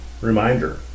reminder